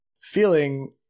feeling